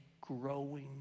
growing